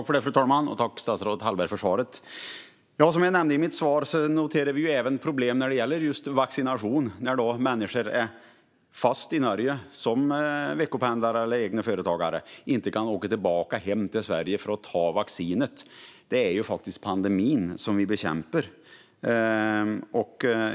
Fru talman! Jag tackar statsrådet Hallberg för svaret. Som jag nämnde noterar vi även problem med vaccinationer. Veckopendlare eller egenföretagare kan alltså inte åka hem för att vaccinera sig trots att vi bekämpar en pandemi.